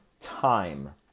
time